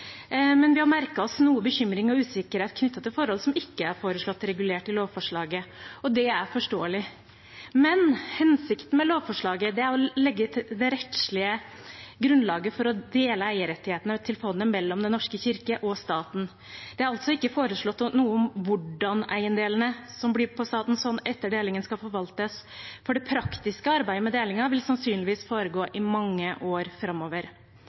men vi har merket oss noe bekymring og usikkerhet knyttet til forhold som ikke er foreslått regulert i lovforslaget. Det er forståelig, men hensikten med lovforslaget er å legge det rettslige grunnlaget for å dele eierrettighetene til fondet mellom Den norske kirke og staten. Det er altså ikke foreslått noe om hvordan eiendommene som blir på statens hånd etter delingen, skal forvaltes. Det praktiske arbeidet med delingen vil sannsynligvis foregå i mange år framover,